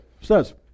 says